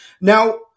Now